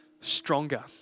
stronger